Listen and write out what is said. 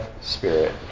spirit